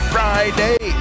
Friday